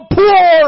poor